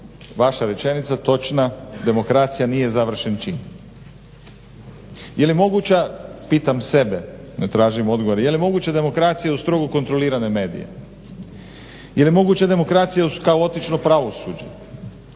vaša rečenica točna: "Demokracija nije završen čin.". Je li moguća, pitam sebe ne tražim odgovor, je li moguće demokraciju strogo kontrolirane medije? Je li moguće demokraciju uz kaotično pravosuđe,